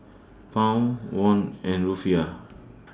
Pound Won and Rufiyaa